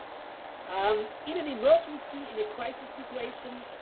um in an emergency, in a crisis situation,